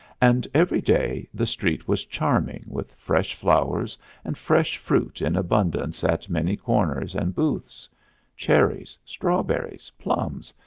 and every day the street was charming with fresh flowers and fresh fruit in abundance at many corners and booths cherries, strawberries, plums,